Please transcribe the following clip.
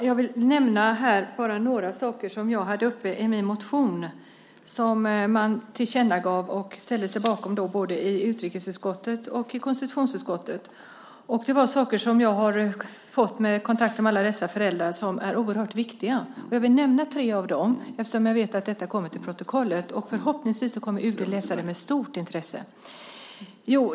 Fru talman! Jag vill nämna några saker som jag hade uppe i min motion som man tillkännagav och ställde sig bakom både i utrikesutskottet och i konstitutionsutskottet. Det var saker som jag har fått veta vid kontakter med föräldrar och som är oerhört viktiga. Jag vill nämna tre av dem, eftersom jag vet att detta kommer till protokollet. Förhoppningsvis kommer Utrikesdepartementet att läsa det med stort intresse.